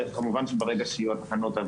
כמובן שברגע שיהיו תקנות,